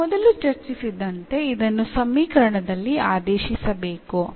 ನಾವು ಮೊದಲು ಚರ್ಚಿಸಿದಂತೆ ಇದನ್ನು ಸಮೀಕರಣದಲ್ಲಿ ಆದೇಶಿಸಬೇಕು